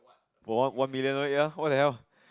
for one one million oh ya what the hell